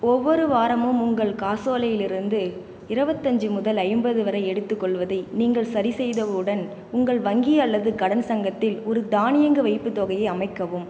ஒவ்வொரு வாரமும் உங்கள் காசோலையிலிருந்து இருபத்தஞ்சு முதல் ஐம்பது வரை எடுத்துக்கொள்வதை நீங்கள் சரிசெய்தவுடன் உங்கள் வங்கி அல்லது கடன் சங்கத்தில் ஒரு தானியங்கி வைப்புத்தொகையை அமைக்கவும்